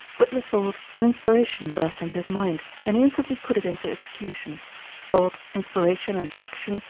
with the thought an inspiration burst into his mind and he instantly put it into execution thought, inspiration, and action,